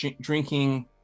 drinking